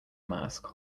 mask